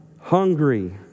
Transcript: Hungry